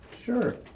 Sure